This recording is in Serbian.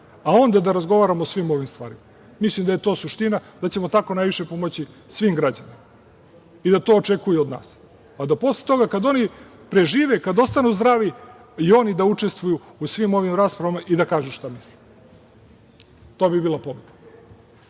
a onda da razgovaramo o svim ovim stvarima. Mislim da je to suština, da ćemo tako najviše pomoći svim građanima i da to očekuju od nas, a da posle toga, kad oni prežive, kad ostanu zdravi i oni da učestvuju u svim ovim rasprava i da kažu šta misle. To bi bila poruka.